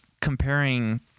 comparing